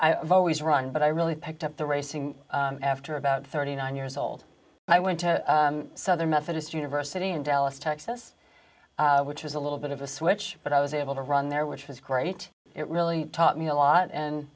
again i've always run but i really picked up the racing after about thirty nine years old i went to southern methodist university in dallas texas which was a little bit of a switch but i was able to run there which was great it really taught me a lot and